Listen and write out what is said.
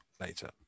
later